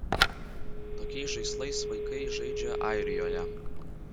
tokiais žaislais vaikai žaidžia airijoje